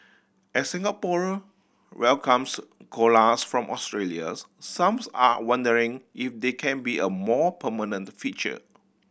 as Singapore welcomes koalas from Australia's some's are wondering if they can be a more permanent feature